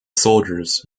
soldiers